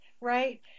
right